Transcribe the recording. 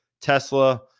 Tesla